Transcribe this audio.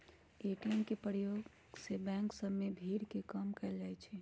ATM के प्रयोग से बैंक सभ में भीड़ के कम कएल जाइ छै